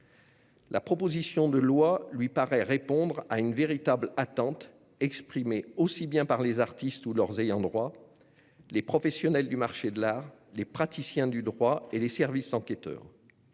La proposition de loi lui paraît répondre à une véritable attente, exprimée aussi bien par les artistes ou leurs ayants droit, que par les professionnels du marché de l'art, les praticiens du droit et les services enquêteurs.